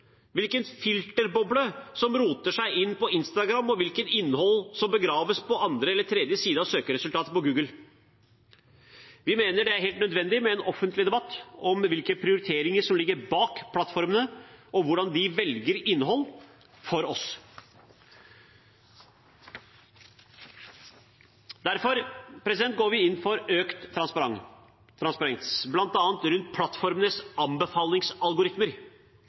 hvilken filterboble du roter deg inn i på Instagram, og hvilket innhold som begraves på andre eller tredje side av søkeresultatene på Google. Vi mener det er helt nødvendig med en offentlig debatt om hvilke prioriteringer som ligger bak når plattformene velger ut innhold for oss. Derfor går vi inn for økt transparens, bl.a. rundt plattformenes anbefalingsalgoritmer.